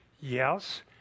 Yes